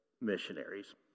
missionaries